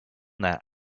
that